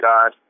God